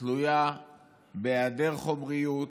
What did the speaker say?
תלויות בהיעדר חומריות,